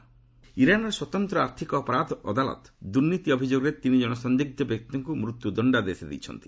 Iran ଇରାନ୍ର ସ୍ୱତନ୍ତ୍ର ଆର୍ଥିକ ଅପରାଧ ଅଦାଲତ ଦୁର୍ନୀତି ଅଭିଯୋଗରେ ତିନି ଜଣ ସନ୍ଦିଗ୍ଧ ବ୍ୟକ୍ତିଙ୍କୁ ମୃତ୍ୟୁ ଦଶ୍ଚାଦେଶ ଦେଇଛନ୍ତି